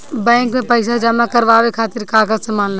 Bank में पईसा जमा करवाये खातिर का का सामान लगेला?